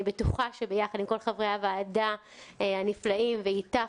אני בטוחה שביחד עם כל חברי הוועדה הנפלאים ואיתך,